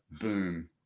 Boom